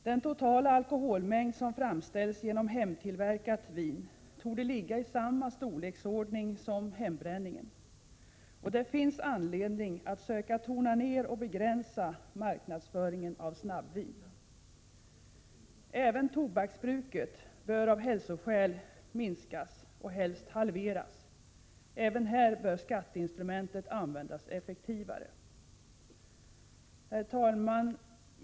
Den totala alkoholmängd som framställs genom hemtillverkat vin torde ligga i samma storleksordning som hembränningen. Det finns anledning att söka tona ned och begränsa marknadsföringen av snabbvin. Även tobaksbruket bör av hälsoskäl minskas och helst halveras. Även här bör skatteinstrumentet användas effektivare. Herr talman!